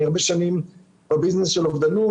אני הרבה שנים בביזנס של אובדנות,